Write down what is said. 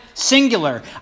Singular